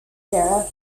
sara